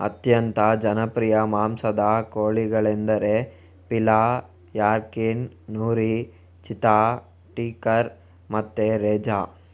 ಅತ್ಯಂತ ಜನಪ್ರಿಯ ಮಾಂಸದ ಕೋಳಿಗಳೆಂದರೆ ಪೀಲಾ, ಯಾರ್ಕಿನ್, ನೂರಿ, ಚಿತ್ತಾ, ಟೀಕರ್ ಮತ್ತೆ ರೆಜಾ